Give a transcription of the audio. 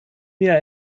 mir